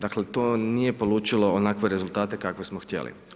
Dakle, to nije polučio onakve rezultate kakve smo htjeli.